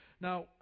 Now